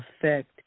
affect